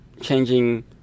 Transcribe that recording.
changing